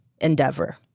endeavor